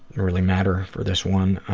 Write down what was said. really matter for this one.